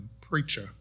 preacher